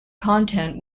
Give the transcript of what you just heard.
content